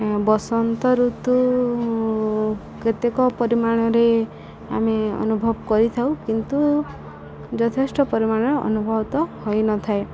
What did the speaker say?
ବସନ୍ତ ଋତୁ କେତେକ ପରିମାଣରେ ଆମେ ଅନୁଭବ କରିଥାଉ କିନ୍ତୁ ଯଥେଷ୍ଟ ପରିମାଣର ଅନୁଭୂତ ହୋଇନଥାଏ